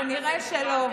כנראה שלא.